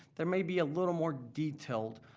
there may be a little more detailed